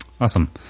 awesome